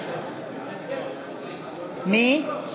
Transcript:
מי?